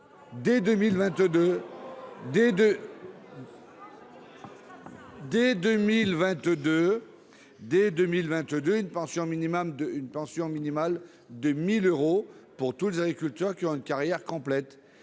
Dès 2022, une pension minimale de 1 000 euros sera versée à tous les agriculteurs qui ont une carrière complète.